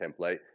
template